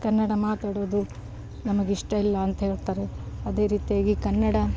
ಕನ್ನಡ ಮಾತಾಡೋದು ನಮಗೆ ಇಷ್ಟ ಇಲ್ಲ ಅಂತ ಹೇಳ್ತಾರೆ ಅದೇ ರೀತಿಯಾಗಿ ಕನ್ನಡ